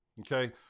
okay